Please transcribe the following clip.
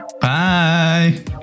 Bye